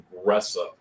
aggressive